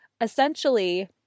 essentially